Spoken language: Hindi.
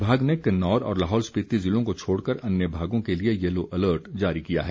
विभाग ने किन्नौर और लाहौल स्पिति जिलों को छोड़कर अन्य भागों के लिए येलो अर्ल्ट जारी किया है